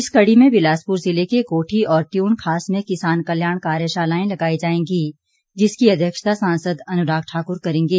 इस कड़ी में बिलासपुर जिले के कोठी और त्यूण खास में किसान कल्याण कार्यशालाएं लगाई जाएंगी जिसकी अध्यक्षता सांसद अनुराग ठाकुर करेंगे